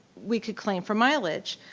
we could claim for mileage.